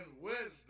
wisdom